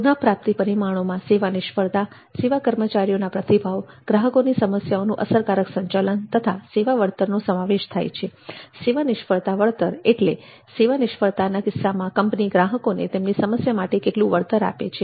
પુનઃપ્રાપ્તિ પરિમાણોમાં સેવા નિષ્ફળતા સેવા કર્મચારીઓના પ્રતિભાવ ગ્રાહકોની સમસ્યાઓનો અસરકારક સંચાલન તથા સેવા વળતર નો સમાવેશ થાય છે સેવા નિષ્ફળતા વળતર એટલે સેવા નિષ્ફળતાના કિસ્સામાં કંપની ગ્રાહકોને તેમની સમસ્યા માટે કેટલું વળતર આપે છે